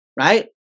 right